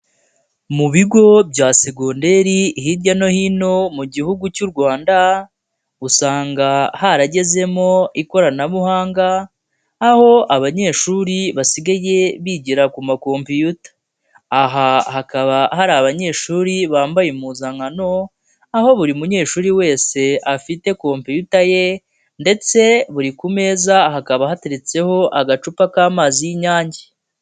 Mu bigo bya segonderi hirya no hino mu gihugu cy'u Rwanda usanga haragezemo ikoranabuhanga aho abanyeshuri basigaye bigira ku makomputa, aha hakaba hari abanyeshuri bambaye impuzankano aho buri munyeshuri wese afite kompiyuta ye ndetse buri ku meza hakaba hateretseho agacupa k'amazi y'Inyange.